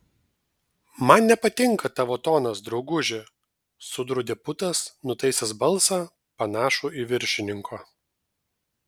man nepatinka tavo tonas drauguži sudraudė putas nutaisęs balsą panašų į viršininko